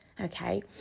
Okay